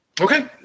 Okay